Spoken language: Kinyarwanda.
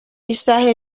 isaha